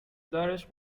دارش